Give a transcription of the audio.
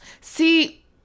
see